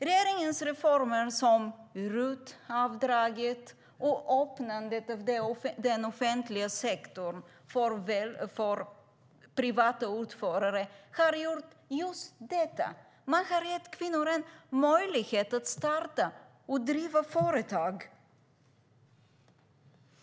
Regeringens reformer, som RUT-avdraget och öppnandet av den offentliga sektorn för privata utförare, har gjort just detta: Man har gett kvinnor en möjlighet att starta och driva företag.